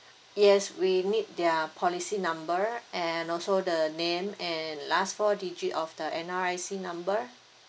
yes we need their policy number and also the name and last four digit of the N_R_I_C number